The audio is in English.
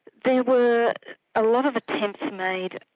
there were a lot of attempts made,